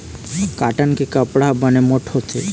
cotton के कपड़ा ह बने मोठ्ठ होथे